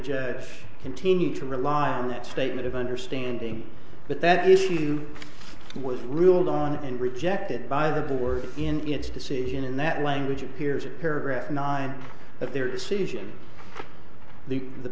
judge continue to rely on that statement of understanding but that issue was ruled on and rejected by the board in its decision in that language appears paragraph nine at their decision the